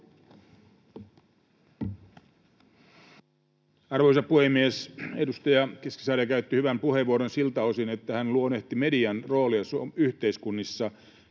Arvoisa puhemies! Edustaja Keskisarja käytti hyvän puheenvuoron siltä osin, että hän luonnehti median roolia yhteiskunnissa,